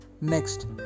Next